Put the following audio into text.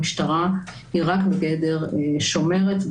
המשטרה היא רק בגדר שומרת,